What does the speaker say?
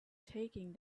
taking